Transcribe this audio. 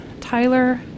Tyler